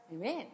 Amen